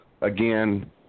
again